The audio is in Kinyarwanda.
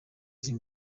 dream